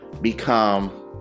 become